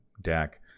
deck